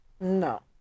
No